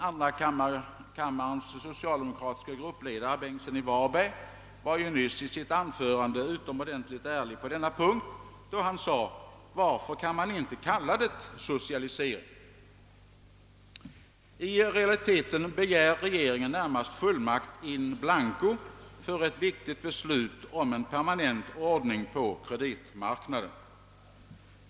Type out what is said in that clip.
Andra kammarens socialdemokratiske gruppledare, herr Bengtsson i Varberg, var nyss i sitt anförande utomordentligt ärlig på denna punkt när han sade: »Varför kan man inte kalla det socialisering?» I realiteten begär regeringen närmast fullmakt in blanco för ett viktigt beslut om en permanent ordning på kreditmarknaden.